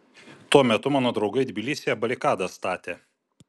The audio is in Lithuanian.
tuo metu mano draugai tbilisyje barikadas statė